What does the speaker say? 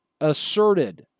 asserted